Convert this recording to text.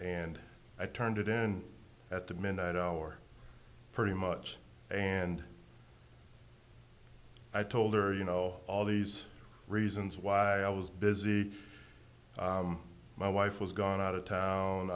and i turned it in at the minute or pretty much and i told her you know all these reasons why i was busy my wife was gone out of town